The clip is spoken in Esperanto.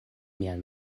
mian